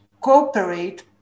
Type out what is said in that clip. cooperate